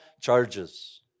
charges